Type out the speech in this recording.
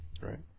Right